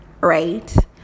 right